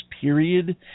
period